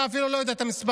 אתה אפילו לא יודע את המספר.